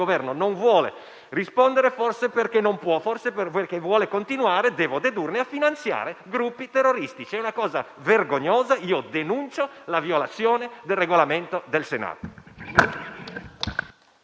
Governo non vuole rispondere. Forse perché non può, forse perché vuole continuare, devo dedurne, a finanziare gruppi terroristici. È una cosa vergognosa e io denuncio la violazione del Regolamento del Senato.